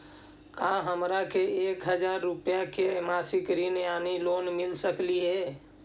का हमरा के एक हजार रुपया के मासिक ऋण यानी लोन मिल सकली हे?